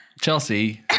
Chelsea